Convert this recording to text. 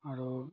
আৰু